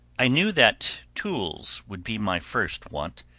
i knew that tools would be my first want,